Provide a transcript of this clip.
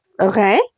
Okay